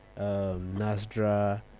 nasdra